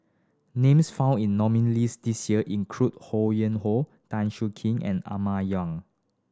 names found in nominees' list this year include Ho Yuen Hoe Tan Siak Kew and Emma Yong